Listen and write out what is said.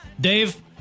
Dave